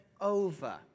over